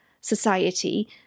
society